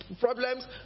problems